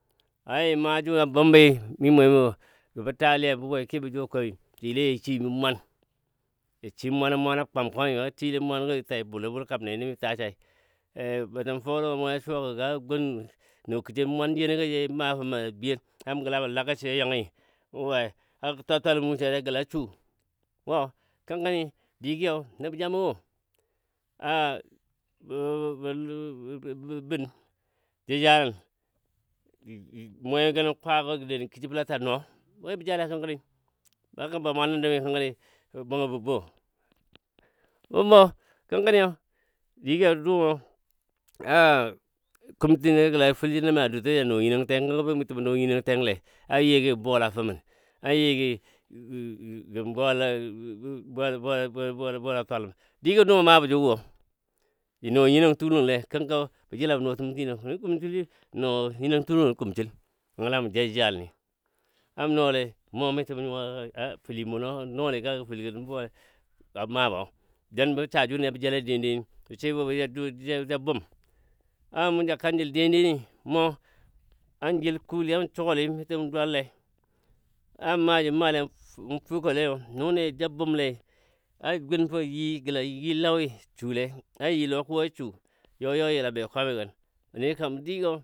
Aya maaju a bumbi mi mwemi wo gəbə taliya bə we kebɔ ju a komi mə swile jashimi mwan shi mwani mwana kwam kwami, kaja shile mwangɔ ja taja bule bulli kam nenemi Tasa, bətəm folo mwe a suwa go ga gun nɔɔ kəshi mwanjenɔ gɔ jə maafɔ ma na biyel na mə gəla mə lagɔ swe yanyi we a gɔ twaltwalən nagɔ win swari a gəla suu wo kənkəni digii you nəb jamɔ wo bə bə be bən jəjalən mwe gənɔ kwagɔ gə dou nə kishi fəla sə nɔɔ we bə jale kənkəni laga be mwanɔ nə dəmnyi kənkəni bəngɔ bə bo bum bo kənkəniyau digɔ dumɔ a kumtəna gəlai fəljina ma dutɔi jano nyi nɔn ten nəngɔ bəngɔ mi bə nɔɔ nyinɔntəne a yigi bola fəmən, an yigi gə gən bola bola bola twaləm digɔ dumɔ a mabɔ jugɔ wo, ji nɔɔ nyinɔng tuulənɔ le kənkəni be jəlabɔ nɔɔ təm nyinɔ wuni nən kumsəli nɔɔ nyinən tuulənɔ nən kumsil nəngɔ la mə ja jəjaləni a mɔ nɔɔ le mɔ misɔ mɔ nyuwa a fəli mɔno nɔɔli gɔ gə fəli gənɔ le a mabo jen bəsaa juni ya bə jale den deni jə swibɔ bə ya ju ya bə ja bum a mu ja kanjəl den denni mɔ an jel kuli a sugoli misɔ mu dwalle an maaji mu male mu fuka leyo, nuni ja bəmmle a gun fɔ yi gəla yi lauyi yi sule an yi lɔ kuwai a suu you you yila be kwami gən wuni kam digɔ.